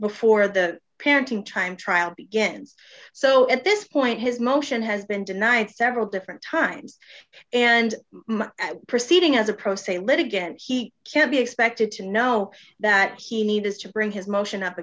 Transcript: before the parenting time trial begins so at this point his motion has been denied several different times and proceeding as a pro se litigant he can he expected to know that he needed to bring his motion up